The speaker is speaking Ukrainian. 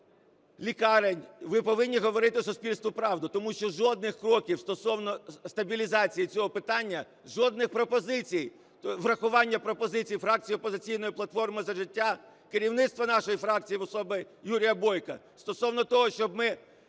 лікарень. Ви повинні говорити суспільству правду, тому що жодних кроків стосовно стабілізації цього питання, жодних пропозицій, врахування пропозицій фракції "Опозиційна платформа – За життя", керівництва нашої фракції в особі Юрія Бойка стосовно того, щоб ми